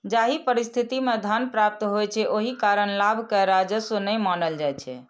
जाहि परिस्थिति मे धन प्राप्त होइ छै, ओहि कारण लाभ कें राजस्व नै मानल जाइ छै